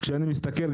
במקרה הספציפי הזה,